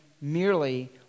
merely